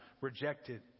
rejected